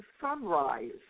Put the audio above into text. sunrise